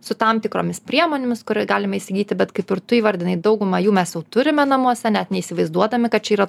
su tam tikromis priemonėmis galima įsigyti bet kaip ir tu įvardinai daugumą jų mes jau turime namuose net neįsivaizduodami kad čia yra